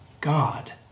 God